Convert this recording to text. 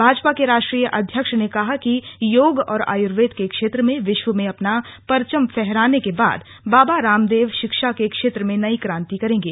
भाजपा के राष्ट्रीय अध्यक्ष ने कहा कि योग और आयुर्वेद के क्षेत्र में विश्व में अपना परचम फहराने के बाद बाबा रामदेव शिक्षा के क्षेत्र में नई क्रांति करेंगे